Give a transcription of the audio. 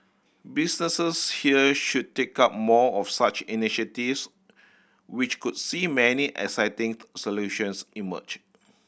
businesses here should take up more of such initiatives which could see many exciting solutions emerge